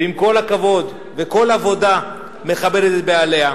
ועם כל הכבוד, וכל עבודה מכבדת את בעליה,